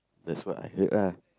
that's what I heard ah